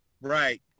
Right